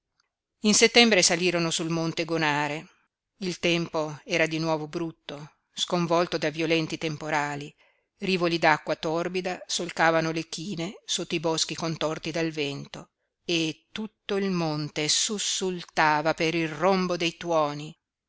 in settembre salirono sul monte gonare il tempo era di nuovo brutto sconvolto da violenti temporali rivoli d'acqua torbida solcavano le chine sotto i boschi contorti dal vento e tutto il monte sussultava per il rombo dei tuoni